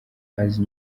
akazi